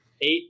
eight